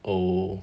oh